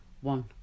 One